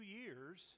years